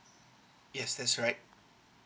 yes that's right